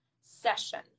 session